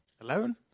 Eleven